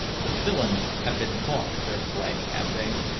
the villains have been balked of their prey, have they?